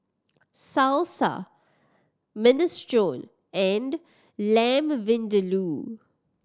Salsa Minestrone and Lamb Vindaloo